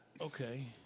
Okay